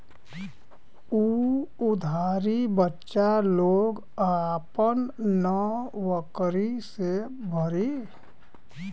उ उधारी बच्चा लोग आपन नउकरी से भरी